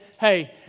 hey